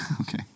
Okay